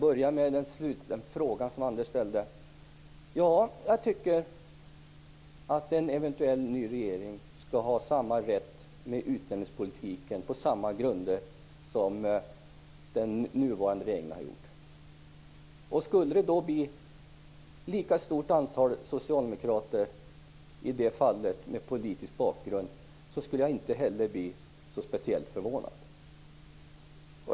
Fru talman! Först till den fråga som Anders Björck ställde i slutet av sin replik. Ja, jag tycker att en eventuell ny regering skall ha samma rätt i utnämningspolitiken, skall ha rätt att agera på samma grunder i utnämningspolitiken, som den nuvarande regeringen. Om det då blev ett lika stort antal socialdemokrater med politisk bakgrund skulle jag inte bli speciellt förvånad.